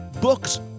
books